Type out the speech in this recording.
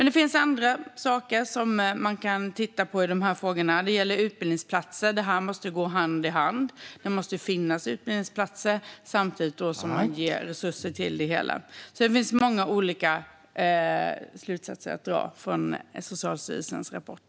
Det finns andra saker man kan titta på i de här frågorna. Det gäller utbildningsplatser. Detta måste gå hand i hand. Det måste finnas utbildningsplatser, samtidigt som man ger resurser till det hela. Det finns alltså många olika slutsatser att dra utifrån Socialstyrelsens rapport.